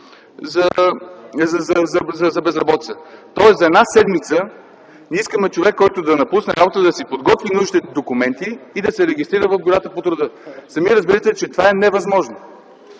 за безработица. Тоест за една седмица искаме човек, който е напуснал работа, да си подготви нужните документи и да се регистрира в бюрата по труда. Разбирате, че това е невъзможно.